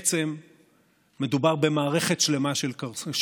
גם אז דובר על מחדל נקודתי.